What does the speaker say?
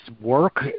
work